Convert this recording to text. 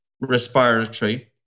respiratory